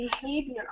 behavior